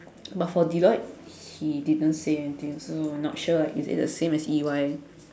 but for Deloitte he didn't say anything so not sure is it the same as E_Y